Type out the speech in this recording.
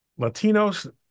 Latinos